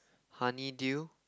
honeydew